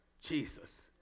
Jesus